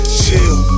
chill